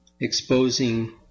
exposing